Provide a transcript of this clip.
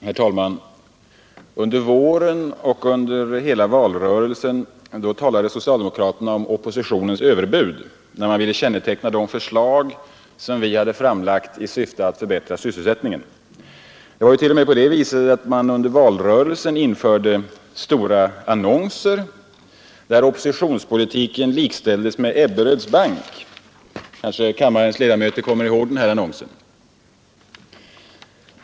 Herr talman! Under våren och under hela valrörelsen talade socialdemokraterna om oppositionens överbud när de ville känneteckna de förslag som vi hade framlagt i syfte att förbättra sysselsättningen. Det var t.o.m. på det viset att man under valrörelsen införde stora annonser, där oppositionspolitiken likställdes med Ebberöds bank — kanske kammarens ledamöter kommer ihåg den annonsen.